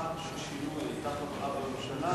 שבתקופה ששינוי היתה חברה בממשלה,